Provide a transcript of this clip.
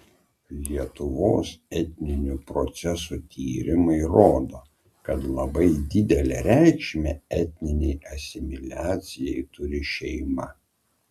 lietuvos etninių procesų tyrimai rodo kad labai didelę reikšmę etninei asimiliacijai turi šeima